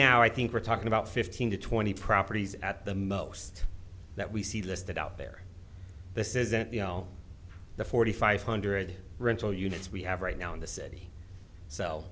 now i think we're talking about fifteen to twenty properties at the most that we see listed out there this isn't the all the forty five hundred rental units we have right now in the city